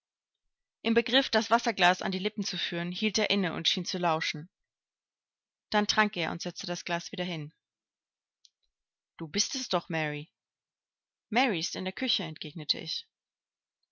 im begriff das wasserglas an die lippen zu führen hielt er inne und schien zu lauschen dann trank er und setzte das glas wieder hin du bist es doch mary mary ist in der küche entgegnete